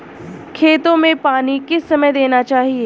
खेतों में पानी किस समय देना चाहिए?